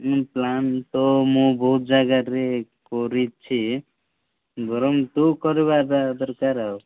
plan ତ ମୁଁ ବହୁତ ଜାଗାରେ କରିଛି ବରଂ ତୁ କରିବାଟା ଦରକାର ଆଉ